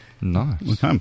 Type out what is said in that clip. Nice